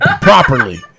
properly